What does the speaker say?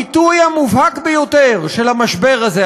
הביטוי המובהק ביותר של המשבר הזה,